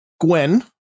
Gwen